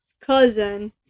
cousin